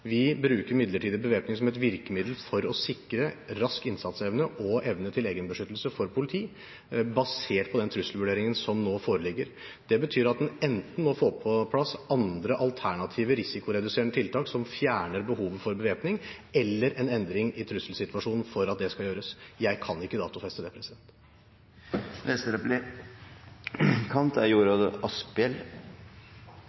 Vi bruker midlertidig bevæpning som et virkemiddel for å sikre rask innsatsevne og evne til egenbeskyttelse for politiet, basert på den trusselvurderingen som nå foreligger. Det betyr at en enten må få på plass andre, alternative risikoreduserende tiltak som fjerner behovet for bevæpning, eller det må bli en endring i trusselsituasjonen for at det skal gjøres. Jeg kan ikke datofeste det.